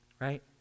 right